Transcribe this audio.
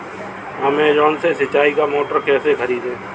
Amazon से सिंचाई का मोटर कैसे खरीदें?